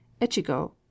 Echigo